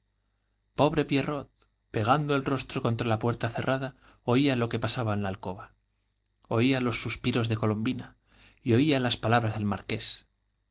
pobre pierrot pegando el rostro contra la puerta cerrada oía lo que pasaba en la alcoba oía los suspiros de colombina las y oía palabras del marqués